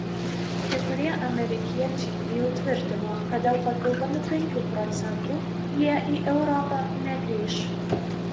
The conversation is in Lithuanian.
kai kurie amerikiečiai jau tvirtino kad dėl papildomų penkių procentų jie į europą negrįš